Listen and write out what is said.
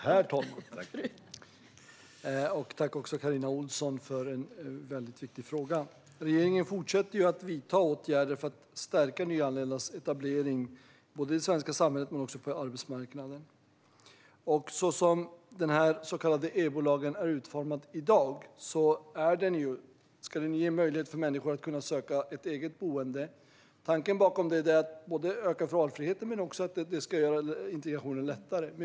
Herr talman! Tack, Carina Ohlsson, för en viktig fråga! Regeringen fortsätter att vidta åtgärder för att stärka nyanländas etablering i samhället och på arbetsmarknaden. Som den så kallade EBO-lagen är utformad i dag ska den ge möjlighet för människor att söka ett eget boende. Tanken bakom detta är att öka valfriheten men också att göra integrationen lättare.